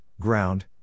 ground